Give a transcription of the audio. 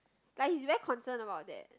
like he's very concerned about that